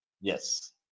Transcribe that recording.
Yes